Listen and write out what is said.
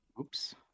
Oops